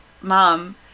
Mom